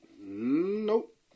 Nope